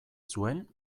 zuen